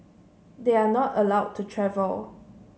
they are not allowed to travel